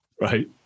Right